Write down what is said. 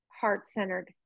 heart-centered